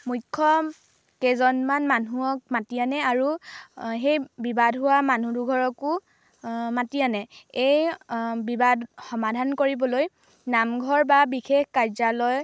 মুখ্য কেইজনমান মানুহক মাতি আনে আৰু সেই বিবাদ হোৱা মানুহ দুঘৰকো মাতি আনে এই বিবাদ সমাধান কৰিবলৈ নামঘৰ বা বিশেষ কাৰ্যালয়